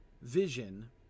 vision